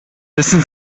wissen